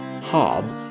hob